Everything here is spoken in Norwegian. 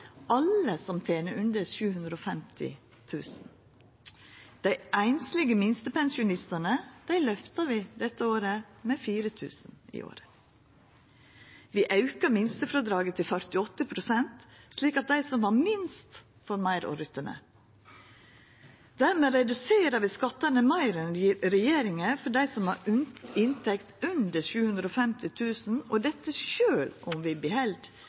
alle som tener under 750 000 kr. Dei einslege minstepensjonistane løftar vi dette året med 4 000 kr i året. Vi aukar minstefrådraget til 48 pst., slik at dei som har minst, får meir å rutta med. Dermed reduserer vi skattane meir enn regjeringa for dei som har inntekt under 750 000 kr, og dette sjølv om vi beheld